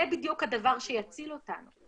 זה בדיוק הדבר שיציל אותנו.